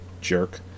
jerk